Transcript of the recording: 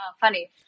Funny